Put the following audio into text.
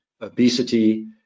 obesity